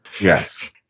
Yes